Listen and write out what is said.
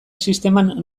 sisteman